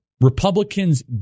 Republicans